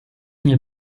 nie